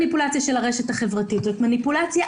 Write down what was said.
לעסוק פה בתוכן עצמו.